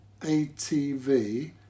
atv